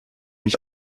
mich